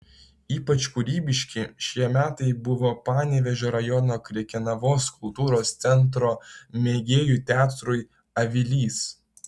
ypač kūrybiški šie metai buvo panevėžio rajono krekenavos kultūros centro mėgėjų teatrui avilys